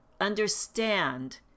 understand